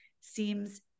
seems